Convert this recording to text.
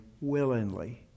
willingly